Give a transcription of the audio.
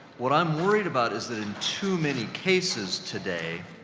what i'm worried about is that in too many cases today,